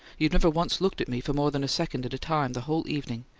you've never once looked at me for more than a second at a time the whole evening?